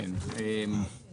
היום יום רביעי,